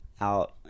out